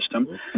system